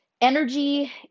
energy